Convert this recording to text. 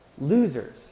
losers